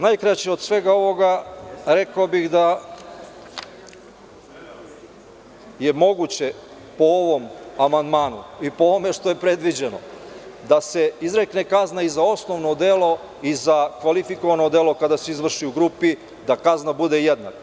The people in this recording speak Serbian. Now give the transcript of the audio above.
Najkraće od svega ovoga, rekao bih da je moguće po ovom amandmanu i po ovome što je predviđeno da se izrekne kazna, i za osnovno delo i za kvalifikovano delo kada se izvrši u grupi, da kazna bude jednaka.